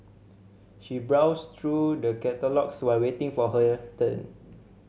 she browsed through the catalogues while waiting for her turn